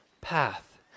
path